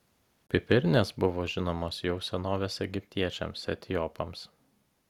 pipirnės buvo žinomos jau senovės egiptiečiams etiopams